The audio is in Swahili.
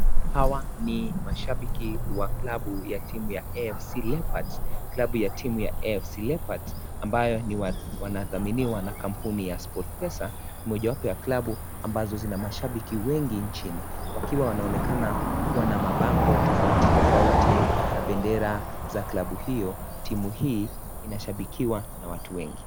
Hawa ni mashabiki wa klabu ya timu ya AFC Leopards. Klabu ya timu ya AFC Leopards ambayo wanadhaminiwa na kampuni ya Sportpesa ni mmojawapo ya klabu ambazo zina mashabiki wengi nchini . Wakiwa wanaonekana kuwa na mabango tofauti tofauti na bendera za klabu hiyo. Timu hii inashabikiwa na watu wengi.